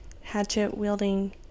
hatchet-wielding